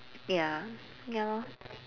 ya ya lor